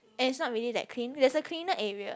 and it's not really that clean there is a cleaner area